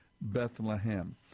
Bethlehem